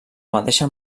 mateixa